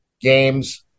games